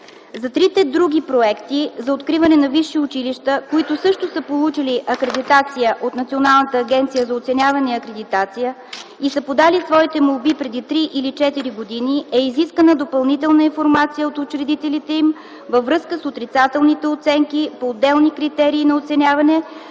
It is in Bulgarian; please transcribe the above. За трите други проекти за откриване на висши училища, които също са получили акредитация от Националната агенция за оценяване и акредитация и са подали своите молби преди три или четири години, е изискана допълнителна информация от учредителите им във връзка с отрицателните оценки по отделни критерии на оценяване,